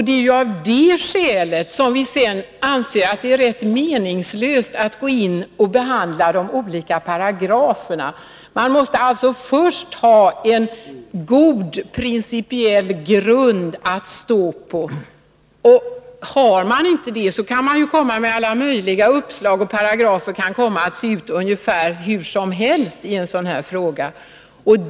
Det är av detta skäl som vi anser det rätt meningslöst att gå in och behandla de olika paragraferna. Man måste alltså först ha en god principiell grund att stå på. Har man inte det, kan man framföra alla möjliga uppslag, och paragraferna kan komma att se ut ungefär hur som helst när det gäller en sådan här fråga.